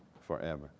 forever